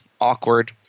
Awkward